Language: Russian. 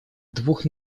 двух